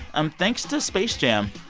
um thanks to space jam.